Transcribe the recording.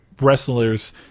wrestlers